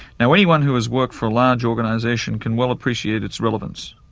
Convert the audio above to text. now anyone who has worked for a large organization can well appreciate its relevance.